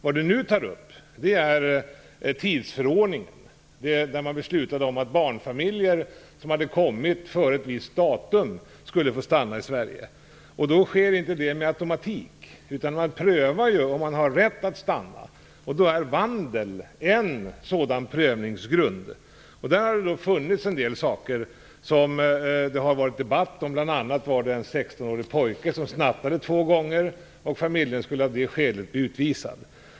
Vad Sigrid Bolkéus nu tar upp är tidsförordningen, när man beslutade att barnfamiljer som hade kommit före ett visst datum skulle få stanna i Sverige. Det sker då inte med automatik. Det görs en prövning av om man har rätt att stanna. Då är vandel en prövningsgrund. Det har varit debatt om en del sådana fall. Bl.a. var det en 16-årig pojke som hade snattat två gånger, och familjen skulle av det skälet bli utvisad.